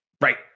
Right